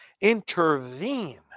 intervene